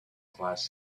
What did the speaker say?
class